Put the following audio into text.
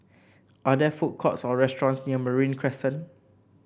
are there food courts or restaurants near Marine Crescent